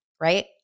Right